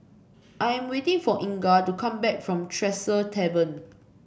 I am waiting for Inga to come back from Tresor Tavern